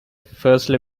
firstly